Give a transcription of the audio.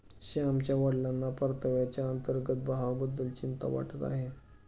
श्यामच्या वडिलांना परताव्याच्या अंतर्गत भावाबद्दल चिंता वाटत आहे